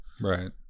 right